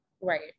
Right